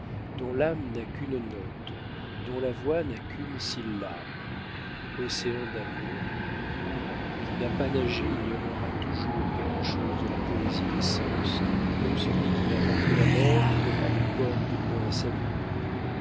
dont l'âme n'a qu'une note dont la voix n'a qu'une syllabe océan d'amour où qui n'a pas nagé ignorera toujours quelque chose de la poésie des sens comme celui qui n'a pas vu la mer aura des cordes de moins à